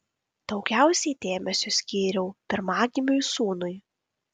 daugiausiai dėmesio skyriau pirmagimiui sūnui